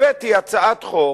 הבאתי הצעת חוק,